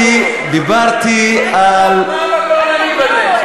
דיברתי על, מה המקור לניב הזה?